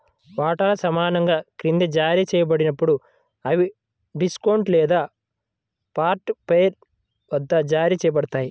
వాటాలు సమానంగా క్రింద జారీ చేయబడినప్పుడు, అవి డిస్కౌంట్ లేదా పార్ట్ పెయిడ్ వద్ద జారీ చేయబడతాయి